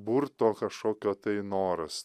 burto kašokio tai noras